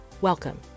Welcome